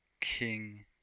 King